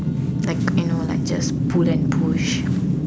like you know like just pull and push